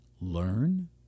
learn